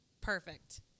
perfect